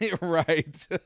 Right